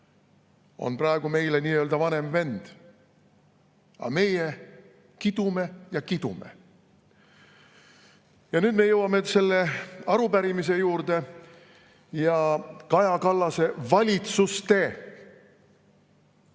on praegu meie nii-öelda vanem vend. Meie kidume ja kidume. Nüüd me jõuame selle arupärimise juurde ja Kaja Kallase valitsuste